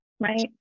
right